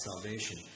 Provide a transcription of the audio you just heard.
salvation